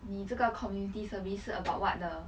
你这个 community service 是 about what 的